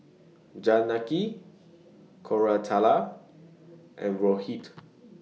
Janaki Koratala and Rohit